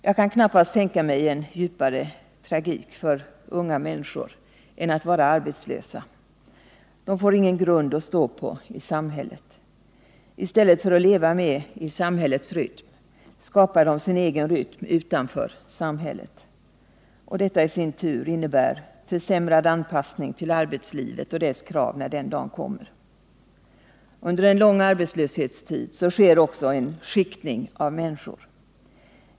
Jag kan knappast tänka mig en djupare tragik för unga människor än att vara arbetslösa. De får ingen grund att stå på i samhället. I stället för att leva med i samhällets rytm skapar de sin egen rytm utanför samhället. Detta i sin tur innebär försämrad anpassning till arbetslivet och dess krav när den dagen kommer. Under en lång arbetslöshetstid sker också en skiktning av människor.